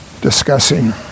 discussing